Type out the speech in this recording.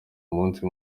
umunsi